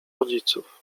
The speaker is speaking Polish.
rodziców